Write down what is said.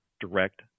direct